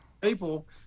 people